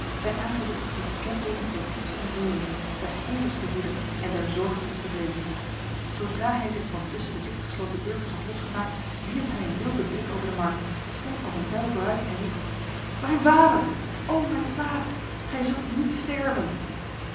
zijn aangezicht droeg de kentekens der diepste ontroering der hevigste woede en der zorgelijkste vrees zodra hij zich van tussen de dichtgesloten burgers had losgemaakt wierp hij een wilde blik over de markt sprong als een pijl vooruit en riep mijn vader o mijn vader gij zult niet sterven